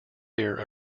their